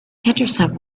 henderson